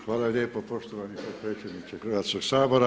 Hvala lijepo poštovani potpredsjedniče Hrvatskoga sabora.